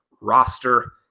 roster